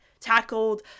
tackled